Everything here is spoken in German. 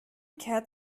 kehrt